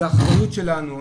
זו אחריות שלנו.